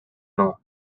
know